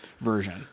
version